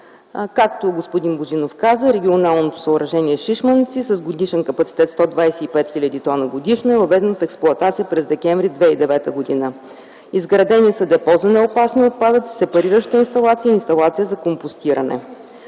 Както господин Божинов каза, регионалното съоръжение в Шишманци с годишен капацитет 125 хил. тона годишно е въведено в експлоатация през м. декември 2009 г. Изградени са депо за неопасни отпадъци, сепарираща инсталация и инсталация за компостиране.